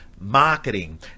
marketing